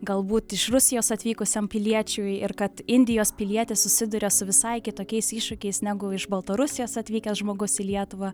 galbūt iš rusijos atvykusiam piliečiui ir kad indijos pilietis susiduria su visai kitokiais iššūkiais negu iš baltarusijos atvykęs žmogus į lietuvą